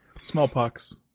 Smallpox